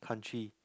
country